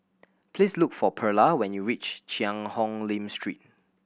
please look for Perla when you reach Cheang Hong Lim Street